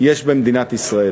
אדירה יש במדינת ישראל